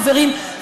חברים,